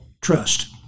trust